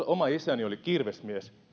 oma isäni oli kirvesmies